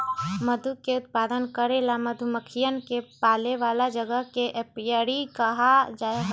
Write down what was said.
मधु के उत्पादन करे ला मधुमक्खियन के पाले वाला जगह के एपियरी कहा हई